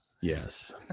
yes